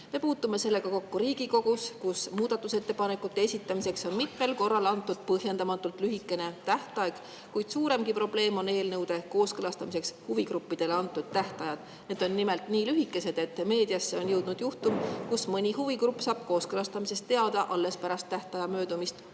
Me puutume sellega kokku Riigikogus, kus muudatusettepanekute esitamiseks on mitmel korral antud põhjendamatult lühikene tähtaeg, kuid suurem probleem on eelnõude kooskõlastamiseks huvigruppidele antud tähtajad. Need on nimelt nii lühikesed, et meediasse on jõudnud juhtumid, kus mõni huvigrupp saab kooskõlastamisest teada alles pärast tähtaja möödumist